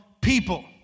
people